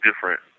different